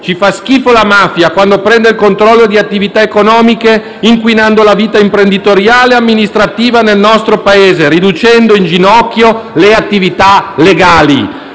Ci fa schifo la mafia quando prende il controllo di attività economiche inquinando la vita imprenditoriale e amministrativa nel nostro Paese, riducendo in ginocchio le attività legali!